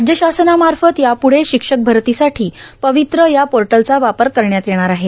राज्य शासनामाफत यापुढे शशक्षक भरतीसाठी र्पावत्र या पोटलचा वापर करण्यात येणार आहे